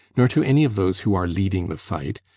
nor to any of those who are leading the fight.